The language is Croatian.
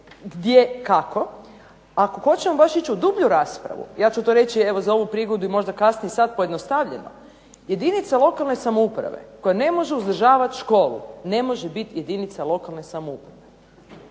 gdje kako, a ako hoćemo baš ići u dublju raspravu, ja ću to reći evo za ovu prigodu i možda kasnije i sad pojednostavljeno, jedinica lokalne samouprave koja ne može uzdržavati školu ne može biti jedinica lokalne samouprave.